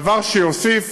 דבר שיוסיף